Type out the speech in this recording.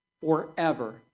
forever